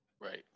Right